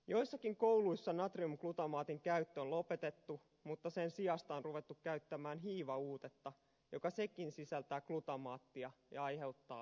joissakin kouluissa natriumglutamaatin käyttö on lopetettu mutta sen sijasta on ruvettu käyttämään hiivauutetta joka sekin sisältää glutamaattia ja aiheuttaa oireita